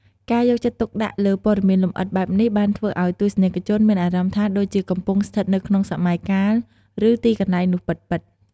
ការយកចិត្តទុកដាក់លើព័ត៌មានលម្អិតបែបនេះបានធ្វើឱ្យ ទស្សនិកជនមានអារម្មណ៍ថាដូចជាកំពុងស្ថិតនៅក្នុងសម័យកាល ឬទីកន្លែងនោះពិតៗ។